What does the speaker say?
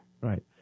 Right